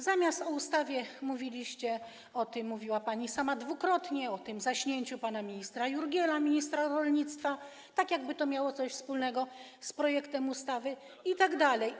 Zamiast o ustawie mówiliście - o tym pani sama mówiła dwukrotnie - o tym zaśnięciu pana ministra Jurgiela, ministra rolnictwa, tak jakby to miało coś wspólnego z projektem ustawy, itd.